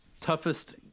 toughest